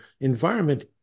environment